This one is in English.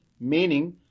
meaning